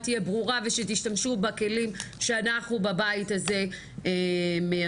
תהיה ברורה ושתשמשו בכלים שאנחנו בבית הזה מייצרים.